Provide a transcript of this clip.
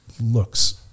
looks